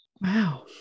Wow